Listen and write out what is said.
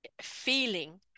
Feeling